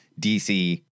DC